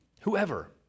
Whoever